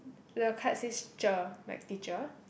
the card says cher like teacher